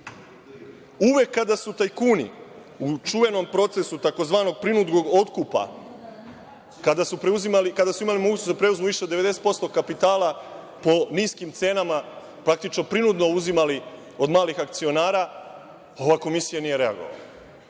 Uvek kada su tajkuni u čuvenom procesu takozvanog prinudnog otkupa, kada su imali mogućnost da preuzmu više 90% kapitala po niskim cenama, praktično prinudno uzimali od malih akcionara, ova Komisija nije reagovala.